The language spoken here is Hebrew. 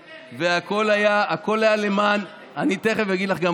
והכול היה למען, יש לך עוד זמן לתקן.